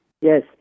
Yes